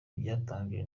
ibyatangajwe